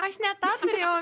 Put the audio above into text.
aš ne tą turėjau